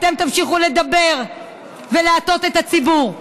אתם תמשיכו לדבר ולהטעות את הציבור.